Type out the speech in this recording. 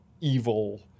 evil